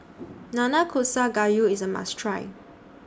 Nanakusa Gayu IS A must Try